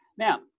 Now